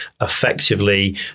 effectively